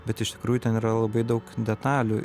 bet iš tikrųjų ten yra labai daug detalių